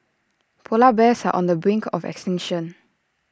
Polar Bears are on the brink of extinction